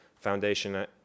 foundation